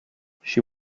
she